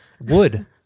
Wood